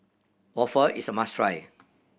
waffle is a must try